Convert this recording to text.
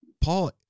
Paul